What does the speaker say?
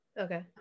Okay